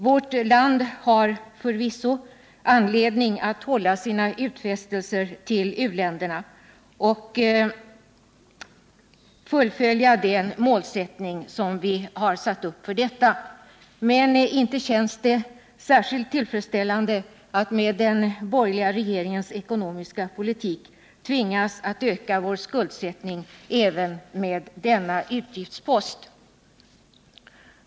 Vårt land har förvisso anledning att hålla sina utfästelser till u-länderna och fullfölja den målsättning som vi har satt upp för dessa. Men inte känns det särskilt tillfredsställande att med den borgerliga regeringens ekonomiska politik tvingas öka vår skuldsättning även med denna utgiftspost.